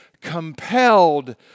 compelled